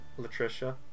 Latricia